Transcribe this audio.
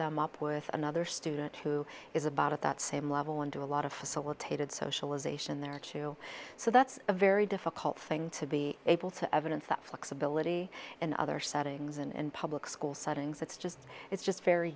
them up with another student who is about at that same level and do a lot of facilitated socialization there too so that's a very difficult thing to be able to evidence that flexibility in other settings and public school settings that's just it's just very